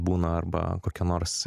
būna arba kokia nors